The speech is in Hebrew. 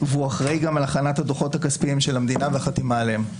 והוא אחראי גם על הכנת הדוחות הכספיים של המדינה והחתימה עליהם.